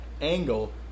angle